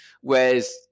whereas